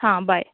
आं बरें